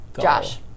Josh